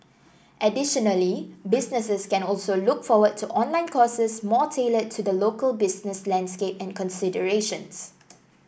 additionally businesses can also look forward to online courses more tailored to the local business landscape and considerations